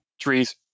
trees